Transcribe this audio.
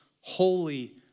holy